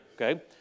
Okay